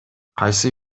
кайсы